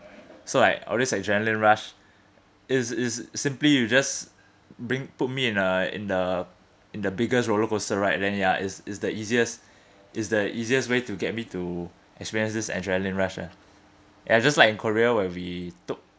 so I always like adrenaline rush is is simply you just bring put me in a in the in the biggest rollercoaster ride then ya is is the easiest is the easiest way to get me to experience this adrenaline rush ah ya just like in korea where we took